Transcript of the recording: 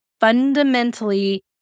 fundamentally